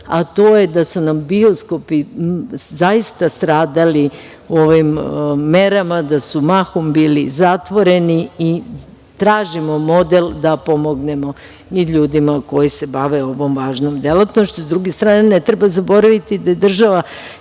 a to je da su nam bioskopi zaista stradali u ovim merama, da su mahom bili zatvoreni i tražimo model da pomognemo i ljudima koji se bave ovom važnom delatnošću. Sa druge strane, ne treba zaboraviti da je država